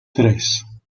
tres